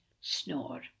snore